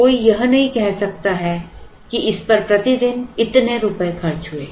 कोई यह नहीं कह सकता है कि इस पर प्रति दिन इतने रुपए खर्च हुए